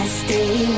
stay